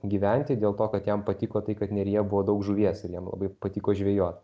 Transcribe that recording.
gyventi dėl to kad jam patiko tai kad neryje buvo daug žuvies ir jam labai patiko žvejot